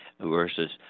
versus